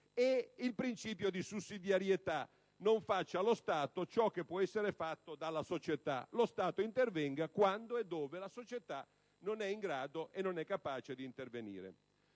e al principio di sussidiarietà (non faccia lo Stato ciò che può essere fatto dalla società: lo Stato intervenga quando e dove la società non è in grado e non è capace di intervenire).